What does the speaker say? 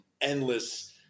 endless